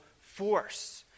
force